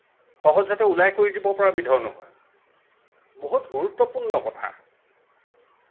সহজতে ওলাই কৰি দিব পৰা বিধৰ নহয় বহুত গুৰুত্বপূৰ্ণ কথা